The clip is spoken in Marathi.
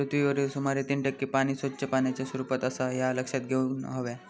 पृथ्वीवरील सुमारे तीन टक्के पाणी स्वच्छ पाण्याच्या स्वरूपात आसा ह्या लक्षात घेऊन हव्या